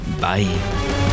bye